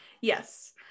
Yes